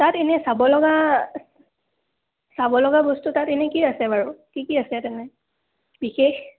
তাত এনেই চাব লগা চাব লগা বস্তু তাত এনেই কি আছে বাৰু কি কি আছে তেনেকুৱা বিশেষ